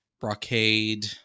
brocade